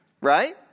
Right